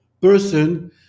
person